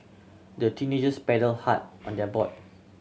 the teenagers paddle hard on their boat